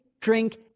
drink